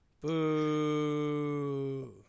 Boo